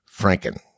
franken